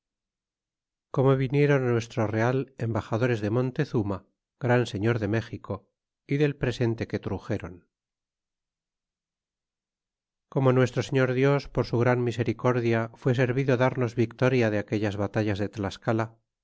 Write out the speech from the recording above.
como vinieron d nuestilo real embanderes de montezuma gran setior de méxico y del presente que iteren como nuestro señor dios por su gran misericordia fué servido darnos victoria de aquellas batallas de tlascala